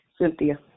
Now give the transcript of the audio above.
Cynthia